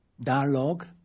dialogue